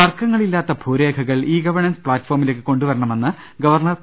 തർക്കങ്ങളില്ലാത്ത ഭൂരേഖകൾ e governance പ്ലാറ്റ്ഫോമിലേക്ക് കൊണ്ടുവരണമെന്ന് ഗവർണർ പി